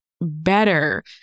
better